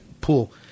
pool